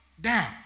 down